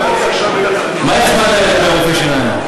מה הצבעת לגבי רופאי השיניים?